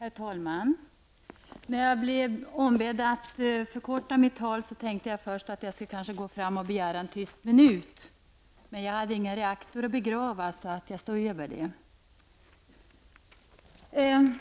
Herr talman! När jag blev ombedd att förkorta mitt tal tänkte jag först att jag kanske skulle gå fram och begära en tyst minut. Men jag hade ingen reaktor att begrava, så jag avstår.